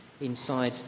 inside